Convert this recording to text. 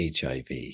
HIV